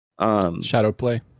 Shadowplay